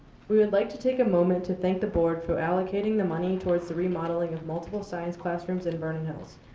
we would like to take a moment to thank the board for allocating the money towards the remodeling of multiple science classrooms in vernon hills.